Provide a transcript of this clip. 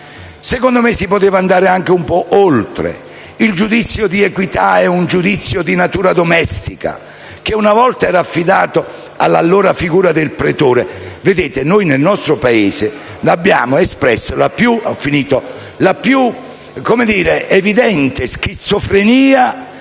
Secondo me, si poteva andare oltre. Il giudizio di equità è di natura domestica, che una volta era affidato all'allora figura del pretore. Noi nel nostro Paese abbiamo espresso la più evidente schizofrenia